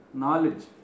knowledge